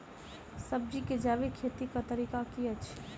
सब्जी केँ जैविक खेती कऽ तरीका की अछि?